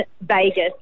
Vegas